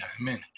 Amen